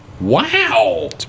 Wow